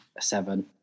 seven